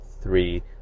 three